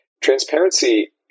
Transparency